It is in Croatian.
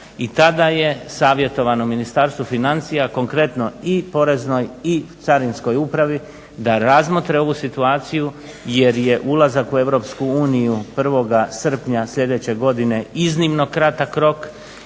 i tada je savjetovano Ministarstvu financija konkretno i Poreznoj i Carinskoj upravi da razmotre ovu situaciju jer je ulazak u EU 1. srpnja sljedeće godine iznimno kratak rok